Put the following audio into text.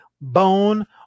bone